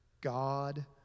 God